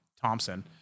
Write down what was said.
Thompson